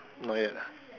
not yet